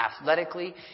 athletically